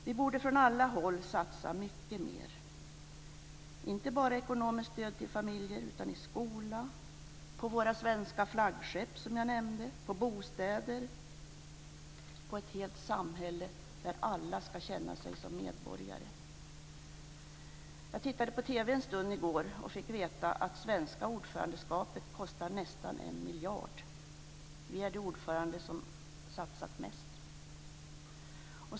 Vi borde från alla håll satsa mycket mer, inte bara ekonomiskt stöd till familjer utan på skola, på våra svenska flaggskepp som jag nämnde, på bostäder, ett helt samhälle där alla ska kunna känna sig som medborgare. Jag tittade på TV i går en stund och fick veta att svenska ordförandeskapet kostar nästan en miljard. Vi är det ordförandeland som satsat mest.